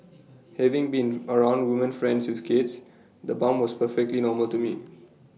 having been around woman friends with kids the bump was perfectly normal to me